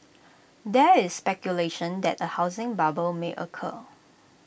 there is speculation that A housing bubble may occur